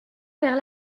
vers